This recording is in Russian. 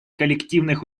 коллективных